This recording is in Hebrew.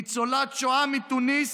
ניצולת שואה מתוניס,